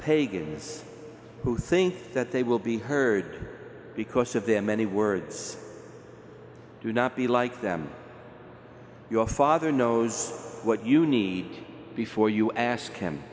pagans who think that they will be heard because of their many words do not be like them your father knows what you need before you ask him